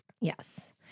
Yes